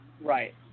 Right